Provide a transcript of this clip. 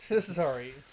Sorry